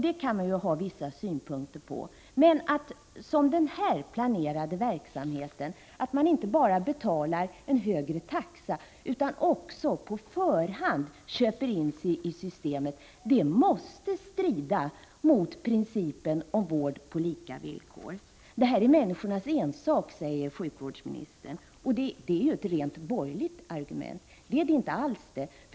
Detta kan man också ha vissa synpunkter på, men att man, som i den här planerade verksamheten, inte bara skall betala en högre taxa utan också på förhand kan köpa in sig i systemet måste strida mot principen om vård på lika villkor. Det här är människornas ensak, säger sjukvårdsministern, men det är ett rent borgerligt argument, för så är det inte alls.